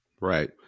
Right